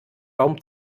baum